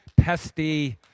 pesty